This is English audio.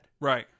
right